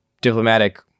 diplomatic